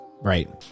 Right